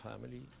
family